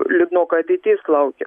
liūdnoka ateitis laukia